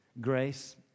grace